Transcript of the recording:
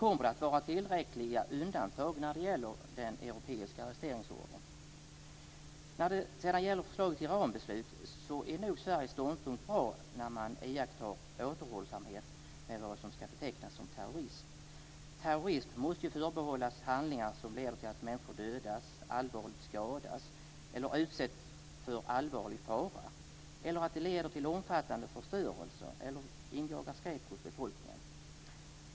Kommer det att vara tillräckliga undantag för den europeiska arresteringsordern? När det sedan gäller förslaget till rambeslut är Sveriges ståndpunkt bra att iaktta återhållsamhet med vad som ska betecknas som terrorism. Beteckningen terrorism måste förbehållas handlingar som leder till att människor dödas, allvarligt skadas eller utsätts för allvarlig fara. Det gäller också handlingar som leder till omfattande förstörelse eller som injagar skräck hos befolkningen.